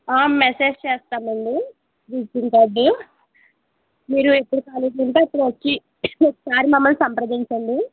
message చేస్తామండి within the day మీరు ఎప్పుడు ఖాళీగుంటే అప్పుడు వచ్చి ఒకసారి మమ్మల్ని సంప్రదించండి